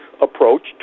approach